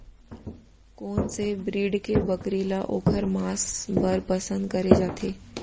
कोन से ब्रीड के बकरी ला ओखर माँस बर पसंद करे जाथे?